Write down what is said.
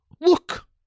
Look